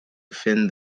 defend